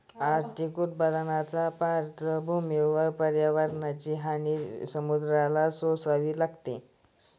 आर्थिक उत्पन्नाच्या पार्श्वभूमीवर पर्यावरणाची हानी समुद्राला सोसावी लागते